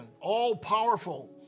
all-powerful